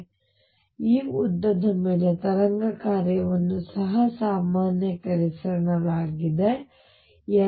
ಆದ್ದರಿಂದ ಈ ಉದ್ದದ ಮೇಲೆ ತರಂಗ ಕಾರ್ಯವನ್ನು ಸಹ ಸಾಮಾನ್ಯೀಕರಿಸಲಾಗಿದೆ L